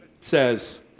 says